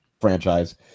franchise